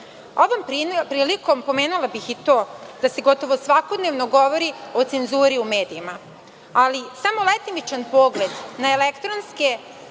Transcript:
prilikom pomenula bih i to da se gotovo svakodnevno govori o cenzuri u medijima. Ali, samo letimičan pogled na elektronske,